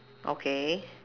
okay